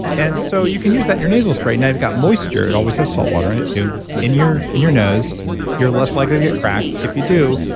and so, you can use that in your nasal spray. now you've got moisture, it always has saltwater in it too. in your in your nose you're less likely to get cracks. if you do,